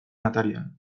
atarian